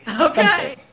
Okay